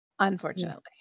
Unfortunately